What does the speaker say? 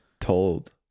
told